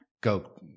go